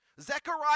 Zechariah